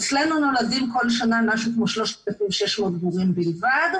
אצלנו נולדים כל שנה משהו כמו 3,600 גורים בלבד,